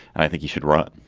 and i think he should run